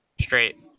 straight